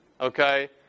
okay